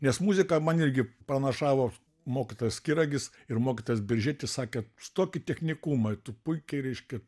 nes muziką man irgi pranašavo mokytojas skiragis ir mokytojas biržietis sakė stok į technikumą tu puikiai reiškia